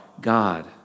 God